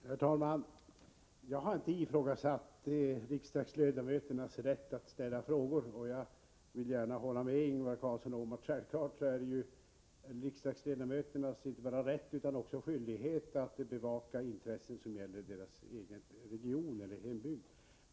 Herr talman! Jag har inte ifrågasatt riksdagsledamöternas rätt att ställa frågor, och jag vill gärna hålla med Ingvar Karlsson i Bengtsfors om att riksdagsledamöterna självfallet har inte bara rätt utan också skyldighet att bevaka intressen som gäller deras egen region eller hembygd.